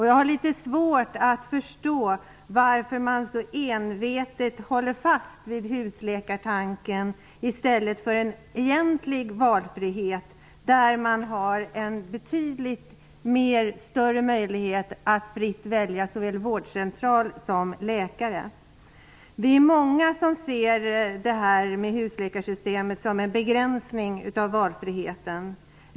Jag har litet svårt att förstå varför man så envetet håller fast vid husläkartanken i stället för vid en egentlig valfrihet, där man har en betydligt större möjlighet att fritt välja vårdcentral och läkare. Många ser husläkarsystemet som en begränsning av valfriheten.